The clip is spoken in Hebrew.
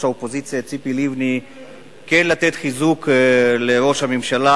האופוזיציה ציפי לבני כן לתת חיזוק לראש הממשלה,